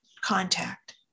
contact